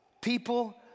people